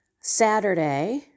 Saturday